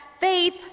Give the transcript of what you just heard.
faith